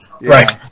Right